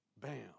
Bam